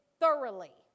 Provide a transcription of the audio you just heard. thoroughly